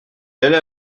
allait